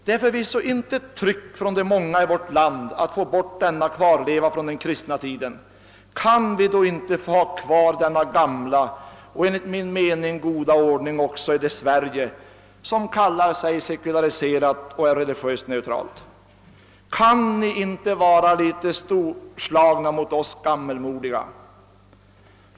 Det är förvisso intet tryck från de många i vårt land att få bort denna kvarleva från den kristna tiden. Kan vi då inte få ha kvar denna gamla och enligt min mening goda ordning också i det Sverige som kallar sig sekulariserat och är religiöst neutralt? Kan ni inte vara litet storslagna mot oss gammalmodiga?